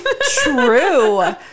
True